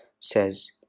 says